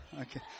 Okay